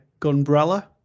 Gunbrella